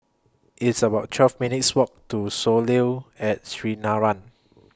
It's about twelve minutes' Walk to Soleil At Sinaran